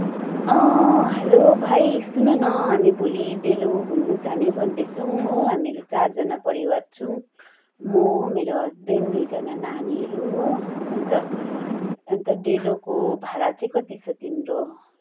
hello भाइ सुन न हामी भोलि डेलो घुम्न जाने भन्दैछौँ हो हामीहरू चार जना परिवार छौँ म मेरो हसबेन्ड दुईजना नानीहरू हो अन्त अन्त डेलोको भाडा चाहिँ कति छ तिम्रो